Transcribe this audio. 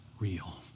Real